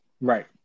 Right